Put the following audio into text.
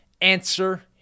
answer